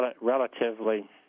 relatively